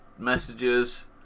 Messages